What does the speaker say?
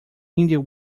indian